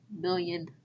million